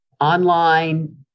online